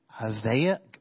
Isaiah